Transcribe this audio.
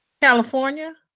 California